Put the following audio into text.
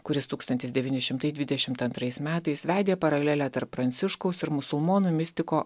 kuris tūkstantis devyni šimtai dvidešimt antrais metais vedė paralelę tarp pranciškaus ir musulmonų mistiko